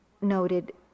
noted